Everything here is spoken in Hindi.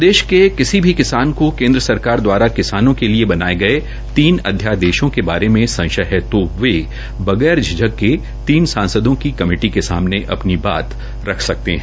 प्रदेश के किसी भी किसान को केंद्र सरकार दवारा किसानों के लिए बनाए गए तीन अध्ययादेशों के बारे में संशय है तो वे बगैर झिझक के तीन सांसदों की कमेटी के सामने अपनी बात को रख सकते हैं